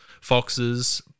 foxes